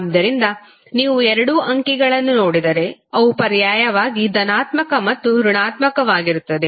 ಆದ್ದರಿಂದ ನೀವು ಎರಡೂ ಅಂಕಿಗಳನ್ನು ನೋಡಿದರೆ ಅವು ಪರ್ಯಾಯವಾಗಿ ಧನಾತ್ಮಕ ಮತ್ತು ಋಣಾತ್ಮಕವಾಗಿರುತ್ತವೆ